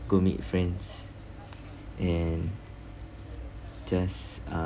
go meet friends and just uh